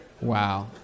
Wow